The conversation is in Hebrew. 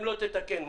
אם לא, תתקן.